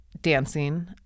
dancing